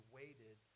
waited